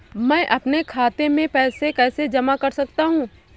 मैं अपने खाते में पैसे कैसे जमा कर सकता हूँ?